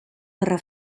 guerra